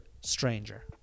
stranger